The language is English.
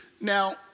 Now